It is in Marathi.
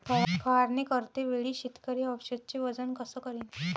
फवारणी करते वेळी शेतकरी औषधचे वजन कस करीन?